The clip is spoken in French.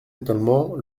étonnement